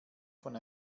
von